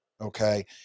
Okay